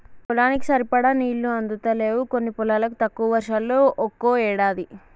పొలానికి సరిపడా నీళ్లు అందుతలేవు కొన్ని పొలాలకు, తక్కువ వర్షాలు ఒక్కో ఏడాది